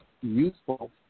useful